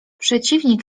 przeciwnik